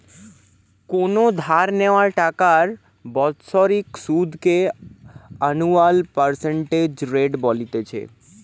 কোনো ধার নেওয়া টাকার বাৎসরিক সুধ কে অ্যানুয়াল পার্সেন্টেজ রেট বলতিছে